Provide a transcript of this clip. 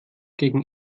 gegen